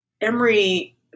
Emory